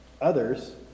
others